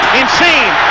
insane